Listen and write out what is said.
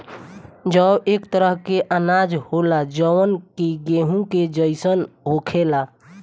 जौ एक तरह के अनाज होला जवन कि गेंहू के जइसन होखेला